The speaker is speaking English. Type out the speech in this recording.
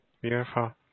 Beautiful